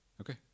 Okay